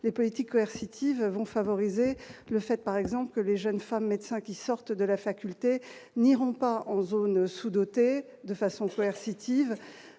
les politiques merci tive vont favoriser le fait par exemple que les jeunes femmes médecins qui sortent de la faculté n'iront pas en zones sous-dotées de façon sommaire